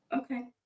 Okay